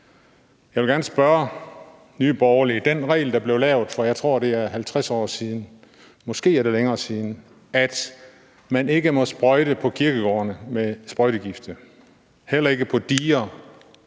Jeg vil gerne spørge Nye Borgerlige til den regel, der blev lavet for, jeg tror, det er 50 år siden, måske er det længere tid siden, om, at man ikke må sprøjte på kirkegårdene med sprøjtegifte, heller ikke på diger,